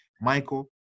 Michael